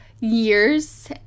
years